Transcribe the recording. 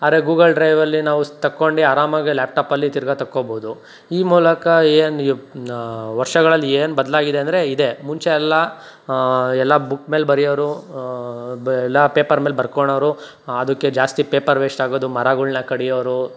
ಆದರೆ ಗೂಗಲ್ ಡ್ರೈವಲ್ಲಿ ನಾವು ಸಹ ತಕ್ಕೊಂಡು ಆರಾಮಾಗೇ ಲ್ಯಾಪ್ಟಾಪಲ್ಲಿ ತಿರ್ಗಾ ತಕ್ಕೊಬೋದು ಈ ಮೂಲಕ ಏನ್ ವರ್ಷಗಳಲ್ಲೇನ್ ಬದಲಾಗಿದೆ ಅಂದರೆ ಇದೆ ಮುಂಚೆ ಎಲ್ಲಾ ಎಲ್ಲಾ ಬುಕ್ ಮೇಲೆ ಬರೆಯೋರು ಬೆ ಇಲ್ಲಾ ಪೇಪರ್ ಮೇಲೆ ಬರ್ಕೊಳೋರು ಅದಕ್ಕೆ ಜಾಸ್ತಿ ಪೇಪರ್ ವೇಶ್ಟಾಗೋದು ಮರಗಳ್ನ ಕಡಿಯೋರು